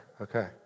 Okay